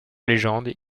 légende